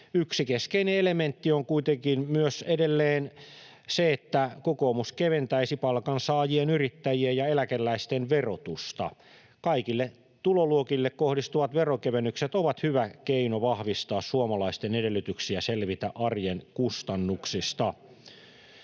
Yksi keskeinen elementti on kuitenkin myös edelleen se, että kokoomus keventäisi palkansaajien, yrittäjien ja eläkeläisten verotusta. Kaikille tuloluokille kohdistuvat veronkevennykset ovat hyvä keino vahvistaa suomalaisten edellytyksiä selvitä arjen kustannuksista.